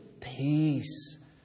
peace